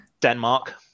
Denmark